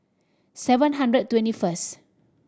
seven hundred twenty first